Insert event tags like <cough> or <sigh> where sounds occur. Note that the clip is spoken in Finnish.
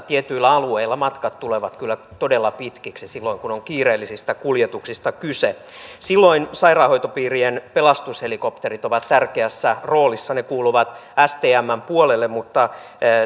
<unintelligible> tietyillä alueilla matkat tulevat todella pitkiksi silloin kun on kiireellisistä kuljetuksista kyse silloin sairaanhoitopiirien pelastushelikopterit ovat tärkeässä roolissa ne kuuluvat stmn puolelle mutta